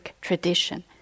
tradition